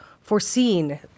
foreseen